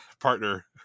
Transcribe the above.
partner